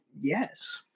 Yes